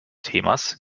themas